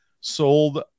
sold